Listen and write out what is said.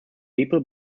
people